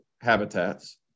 habitats